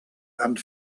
and